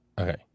Okay